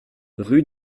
rue